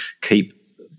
keep